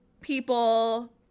people